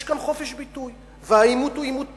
יש כאן חופש ביטוי, והעימות הוא עימות פוליטי.